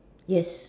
yes